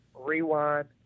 rewind